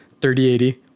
3080